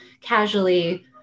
casually